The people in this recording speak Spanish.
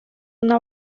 una